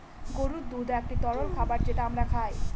গরুর দুধ একটি তরল খাবার যেটা আমরা খায়